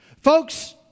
Folks